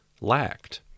lacked